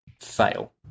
fail